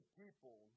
people